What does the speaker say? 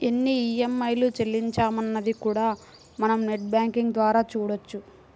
ఎన్ని ఈఎంఐలు చెల్లించామన్నది కూడా మనం నెట్ బ్యేంకింగ్ ద్వారా చూడొచ్చు